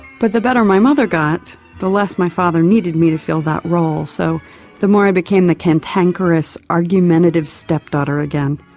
but the better my mother got the less my father needed me to fill that role, so the more i became the cantankerous, argumentative step-daughter again.